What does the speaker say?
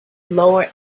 lower